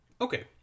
Okay